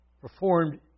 performed